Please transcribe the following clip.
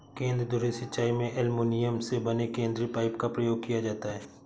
केंद्र धुरी सिंचाई में एल्युमीनियम से बने केंद्रीय पाइप का प्रयोग किया जाता है